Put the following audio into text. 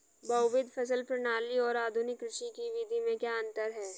बहुविध फसल प्रणाली और आधुनिक कृषि की विधि में क्या अंतर है?